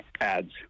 ads